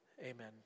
Amen